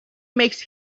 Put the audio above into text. makes